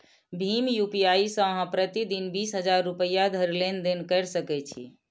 भीम UPI सं अहां प्रति दिन बीस हजार रुपैया धरि लेनदेन कैर सकै छी